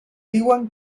diuen